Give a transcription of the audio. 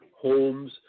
homes